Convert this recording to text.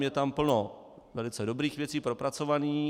Je tam plno velice dobrých věcí, propracovaných.